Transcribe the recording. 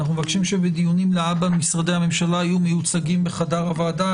אנחנו מבקשים שבדיונים להבא משרדי הממשלה יהיו מיוצגים בחדר הוועדה.